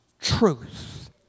truth